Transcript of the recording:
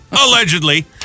Allegedly